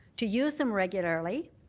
to use them regularly.